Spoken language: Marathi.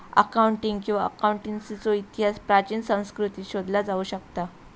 अकाऊंटिंग किंवा अकाउंटन्सीचो इतिहास प्राचीन संस्कृतींत शोधला जाऊ शकता